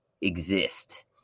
exist